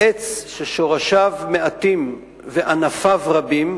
עץ ששורשיו מעטים וענפיו רבים,